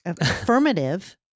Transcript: Affirmative